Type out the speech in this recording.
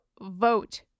vote